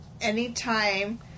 anytime